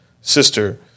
sister